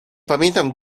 pamiętam